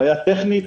בעיה טכנית,